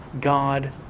God